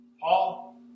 Paul